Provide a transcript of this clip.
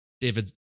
David